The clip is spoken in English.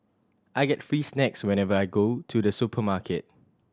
I get free snacks whenever I go to the supermarket